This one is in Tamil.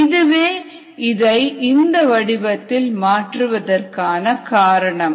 இதுவே இதை இந்த வடிவத்தில் மாற்றுவதற்கான காரணம்